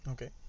Okay